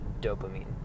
dopamine